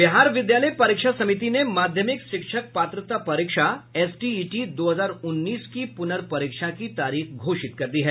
बिहार विद्यालय परीक्षा समिति ने माध्यमिक शिक्षक पात्रता परीक्षा एसटीईटी दो हजार उन्नीस की पुनर्परीक्षा की तारीख घोषित कर दी है